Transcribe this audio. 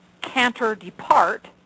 canter-depart